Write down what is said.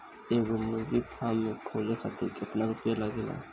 एगो मुर्गी फाम खोले खातिर केतना रुपया लागेला?